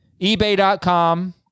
eBay.com